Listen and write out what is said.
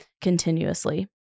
continuously